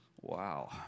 Wow